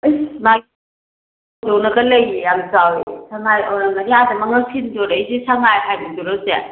ꯑꯩꯁ ꯃꯥꯏ ꯀꯣꯜꯂꯒ ꯂꯩꯌꯦ ꯌꯥꯝ ꯆꯥꯎꯋꯦ ꯁꯉꯥꯏ ꯑꯣꯏꯔꯝꯒꯅꯤ ꯑꯥꯗ ꯃꯉꯛ ꯊꯤꯟꯗꯣꯔꯛꯏꯁꯦ ꯁꯉꯥꯏ ꯍꯥꯏꯕꯗꯨꯔꯣ ꯆꯤꯆꯦ